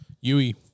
Yui